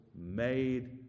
made